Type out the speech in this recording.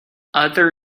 other